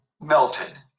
melted